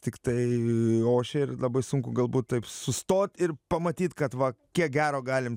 tiktai ošia ir labai sunku galbūt taip sustot ir pamatyt kad va kiek gero galim